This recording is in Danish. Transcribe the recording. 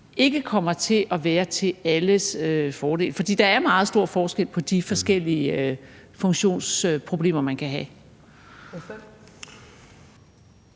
ikke kommer til at være til alles fordel, for der er meget stor forskel på de forskellige funktionsproblemer, elever kan have.